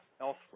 elsewhere